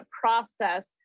process